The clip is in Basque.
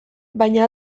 baina